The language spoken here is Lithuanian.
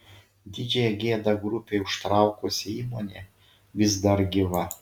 didžiąją gėdą grupei užtraukusi įmonė vis dar gyva